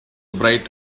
bright